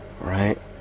right